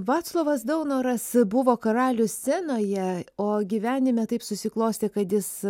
vaclovas daunoras buvo karalius scenoje o gyvenime taip susiklostė kad jis